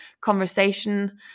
conversation